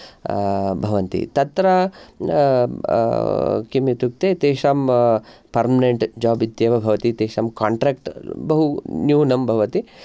भवन्ति तत्र किं इत्युक्ते तेषां पर्मनन्ट् जोब् इत्येव भवति तेषां कोन्ट्रेक्ट् बहु न्यूनं भवति